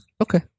okay